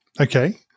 okay